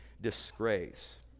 disgrace